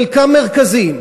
חלקם מרכזיים.